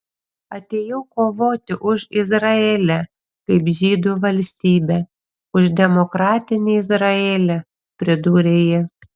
atėjau kovoti už izraelį kaip žydų valstybę už demokratinį izraelį pridūrė ji